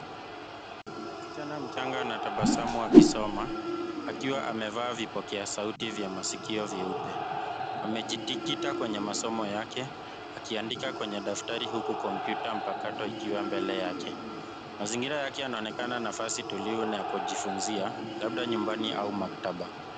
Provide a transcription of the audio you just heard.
Msichana mchanga anatabasamu akisoma akiwa amevaa vipokea sauti vya masikio vyeupe .Amejikita kwenye masomo yake. Akiandika kwenye daftari huku kompyuta mpakato ikiwa mbele yake. Mazingira yake yanaonekana nafasi tulivu na ya kujifunzia labda nyumbani au maktaba.